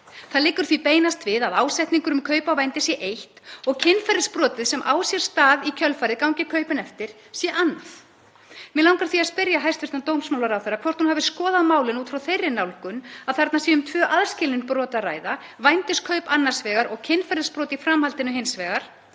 Það liggur því beinast við að ásetningur um kaup á vændi sé eitt og kynferðisbrotið sem á sér stað í kjölfarið, gangi kaupin eftir, sé annað. Mig langar því að spyrja hæstv. dómsmálaráðherra hvort hún hafi skoðað málin út frá þeirri nálgun að þarna sé um tvö aðskilin brot að ræða, vændiskaup annars vegar og kynferðisbrot í framhaldinu hins vegar,